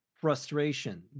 frustration